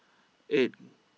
eight